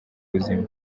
buzima